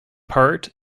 part